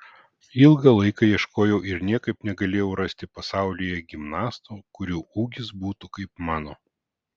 ilgą laiką ieškojau ir niekaip negalėjau rasti pasaulyje gimnastų kurių ūgis būtų kaip mano